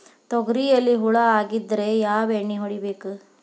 ತೊಗರಿಯಲ್ಲಿ ಹುಳ ಆಗಿದ್ದರೆ ಯಾವ ಎಣ್ಣೆ ಹೊಡಿಬೇಕು?